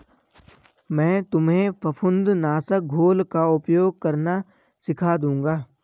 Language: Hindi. मैं तुम्हें फफूंद नाशक घोल का उपयोग करना सिखा दूंगा